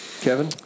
kevin